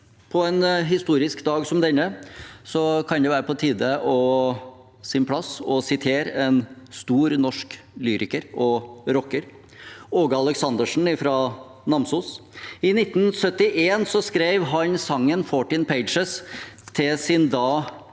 På en historisk dag som denne kan det være på sin plass å sitere en stor norsk lyriker og rocker, Åge Aleksandersen fra Namsos. I 1971 skrev han sangen «14 Pages» til sin da